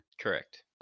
Correct